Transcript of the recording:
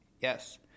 Yes